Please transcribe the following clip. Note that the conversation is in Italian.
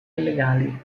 illegali